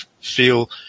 feel